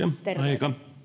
terveyden